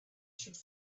should